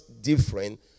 different